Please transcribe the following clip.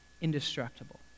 indestructible